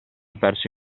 perso